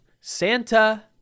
Santa